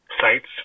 sites